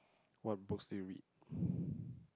what books do you read